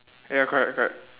ya correct correct